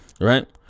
right